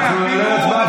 אנחנו צריכים להצביע,